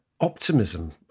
optimism